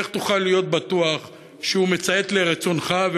איך תוכל להיות בטוח שהוא מציית לרצונך,